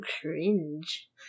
cringe